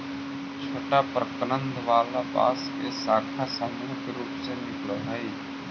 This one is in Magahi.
छोटा प्रकन्द वाला बांस के शाखा सामूहिक रूप से निकलऽ हई